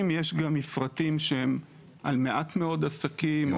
יש גם מפרטים שהם על מעט מאוד עסקים.